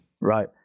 Right